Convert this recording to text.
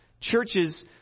churches